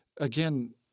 again